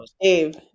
Dave